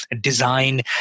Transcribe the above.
design